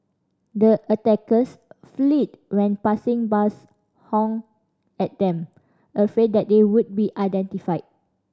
the attackers fled when passing bus honked at them afraid that they would be identified